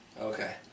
Okay